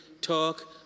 talk